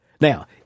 Now